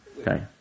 Okay